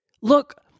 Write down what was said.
Look